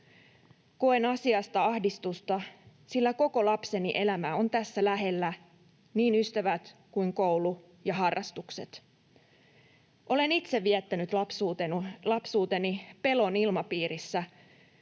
Koen asiasta ahdistusta, sillä koko lapseni elämä on tässä lähellä, niin ystävät kuin koulu ja harrastukset. Olen itse viettänyt lapsuuteni pelon ilmapiirissä,